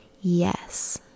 yes